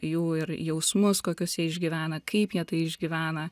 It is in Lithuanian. jų ir jausmus kokius jie išgyvena kaip jie tai išgyvena